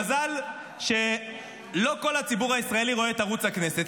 מזל שלא כל הציבור הישראלי רואה את ערוץ הכנסת,